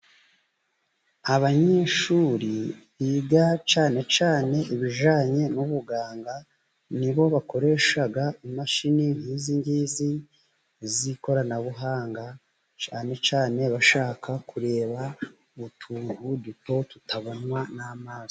Abanyeshuri biga cyane cyane ibijyanye n'ubuganga, nibo bakoresha imashini nk'izingizi z'ikoranabuhanga, cyane cyane abashaka kureba utuntu duto tutabonwa n'amaso.